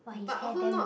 but also not